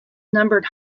numbered